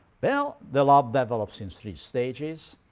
well the love develops in three stages.